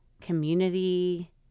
community